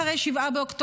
אחרי 7 באוקטובר,